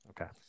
Okay